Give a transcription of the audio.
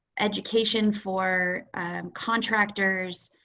education for contractors,